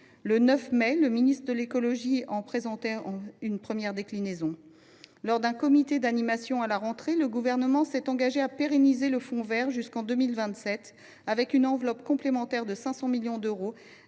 le 9 mai, le ministre de la transition écologique en a présenté une première déclinaison. Lors d’un comité d’animation, à la rentrée, le Gouvernement s’est engagé à pérenniser le fonds vert jusqu’en 2027, avec une enveloppe complémentaire de 500 millions d’euros